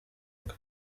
rwe